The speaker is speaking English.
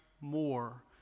more